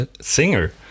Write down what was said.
singer